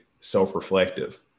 self-reflective